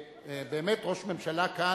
ובאמת, ראש ממשלה כאן,